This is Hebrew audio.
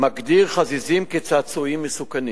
מגדיר חזיזים כצעצועים מסוכנים.